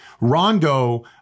Rondo